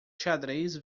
xadrez